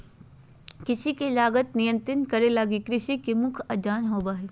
कृषि के लागत नियंत्रित करे लगी कृषि के मुख्य आदान होबो हइ